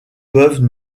peuvent